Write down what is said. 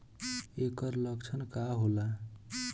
ऐकर लक्षण का होला?